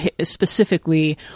specifically